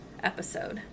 episode